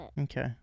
Okay